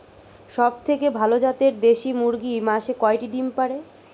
সবথেকে ভালো জাতের দেশি মুরগি মাসে কয়টি ডিম পাড়ে?